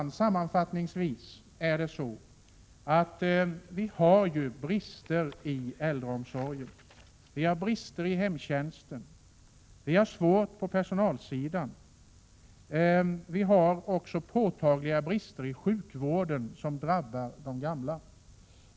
Jag vill sammanfattningsvis säga att vi ju har brister inom äldreomsorgen och inom hemtjänsten. Vi har vidare svårigheter på personalsidan. Vi har också påtagliga brister inom sjukvården, något som drabbar de gamla.